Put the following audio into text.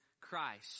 Christ